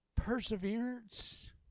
perseverance